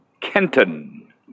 Kenton